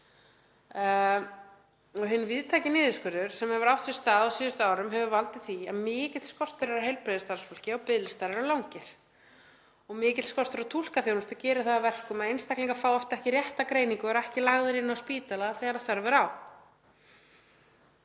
[…] Hinn víðtæki niðurskurður sem hefur átt sér stað á síðustu árum hefur valdið því að mikill skortur er á heilbrigðisstarfsfólki og biðlistar langir. Þá gerir mikill skortur á túlkaþjónustu það að verkum að einstaklingar fá oft ekki rétta greiningu og eru ekki lagðir inn á spítala þegar þörf er á.“